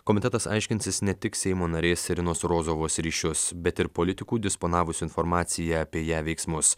komitetas aiškinsis ne tik seimo narės irinos rozovos ryšius bet ir politikų disponavusių informacija apie ją veiksmus